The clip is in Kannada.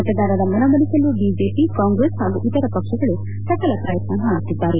ಮತದಾರರ ಮನವೊಲಿಸಲು ಬಿಜೆಪಿ ಕಾಂಗ್ರೆಸ್ ಹಾಗೂ ಇತರ ಪಕ್ಷಗಳು ಸಕಲ ಪ್ರಯತ್ನ ಮಾಡುತ್ತಿದ್ದಾರೆ